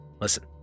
Listen